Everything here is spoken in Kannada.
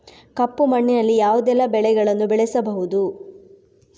ಕಪ್ಪು ಮಣ್ಣಿನಲ್ಲಿ ಯಾವುದೆಲ್ಲ ಬೆಳೆಗಳನ್ನು ಬೆಳೆಸಬಹುದು?